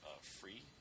free